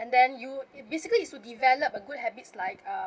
and then you basically is to develop a good habits like a